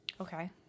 Okay